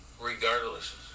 regardless